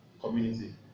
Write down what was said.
community